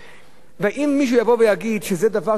ואם מישהו יבוא ויגיד שזה דבר שלא ידענו,